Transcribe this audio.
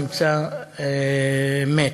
נמצא מת.